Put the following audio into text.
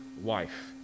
wife